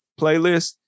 playlist